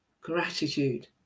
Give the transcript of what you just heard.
gratitude